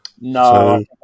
No